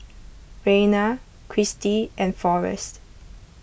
Rayna Kristy and forest